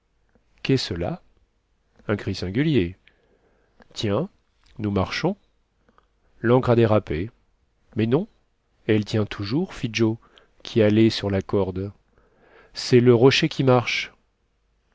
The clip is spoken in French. qu'est cela un cri singulier tiens nous marchons l'ancre a dérapé mais non elle tient toujours fit joe qui halait sur la corde c'est le rocher qui marche